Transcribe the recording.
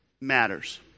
matters